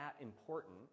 important